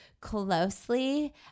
closely